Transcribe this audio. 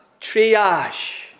triage